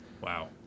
Wow